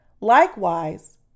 Likewise